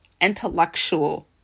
intellectual